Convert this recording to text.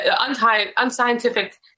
unscientific